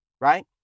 right